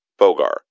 Bogar